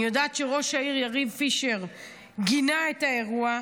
אני יודעת שראש העיר יריב פישר גינה את האירוע,